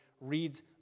reads